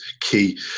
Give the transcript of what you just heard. key